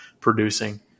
producing